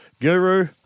Guru